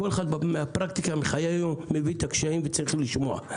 כל אחד מהפרקטיקה מביא את הקשיים וצריך לשמוע.